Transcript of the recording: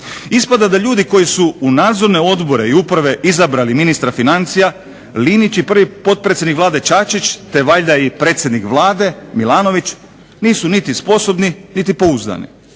Ispada da ljudi koji su u nadzorne odbore i uprave izabrali ministra financija Linić i prvi potpredsjednik Vlade Čačić, te valjda i predsjednik Vlade Milanović nisu niti sposobni niti pouzdani.